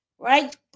Right